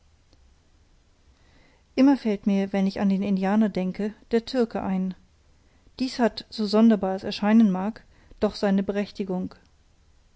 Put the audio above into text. immer fällt mir wenn ich an den indianer denke der türke ein dies hat so sonderbar es erscheinen mag doch seine berechtigung